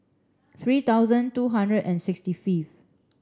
three thousand two hundred and sixty fifth